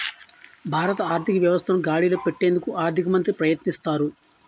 భారత ఆర్థిక వ్యవస్థను గాడిలో పెట్టేందుకు ఆర్థిక మంత్రి ప్రయత్నిస్తారు